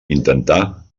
intentà